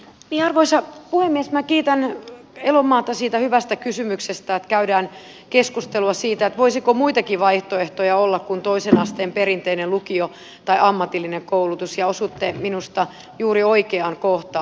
niin arvoisa puhemies minä kiitän elomaata hyvästä kysymyksestä että käydään keskustelua siitä voisiko muitakin vaihtoehtoja olla kuin toisen asteen perinteinen lukio tai ammatillinen koulutus ja osuitte minusta juuri oikeaan kohtaan